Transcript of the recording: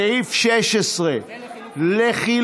סעיף 16 לחלופין